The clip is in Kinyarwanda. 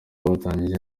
bafatanyije